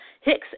Hicks